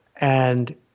And-